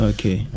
Okay